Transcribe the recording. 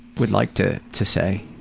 would like to to say?